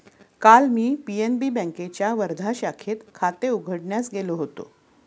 काल मी पी.एन.बी बँकेच्या वर्धा शाखेत खाते उघडण्यास गेलो होतो